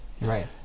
Right